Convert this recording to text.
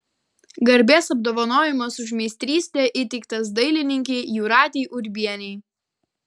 garbės apdovanojimas už meistrystę įteiktas dailininkei jūratei urbienei